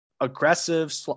aggressive